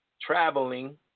traveling